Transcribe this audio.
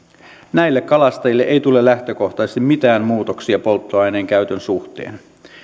näille kalastajille ei tule lähtökohtaisesti mitään muutoksia polttoaineen käytön suhteen